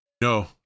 No